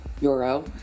euro